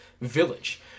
village